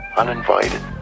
uninvited